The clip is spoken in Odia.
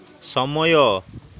ସମୟ